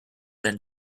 than